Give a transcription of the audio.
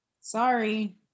sorry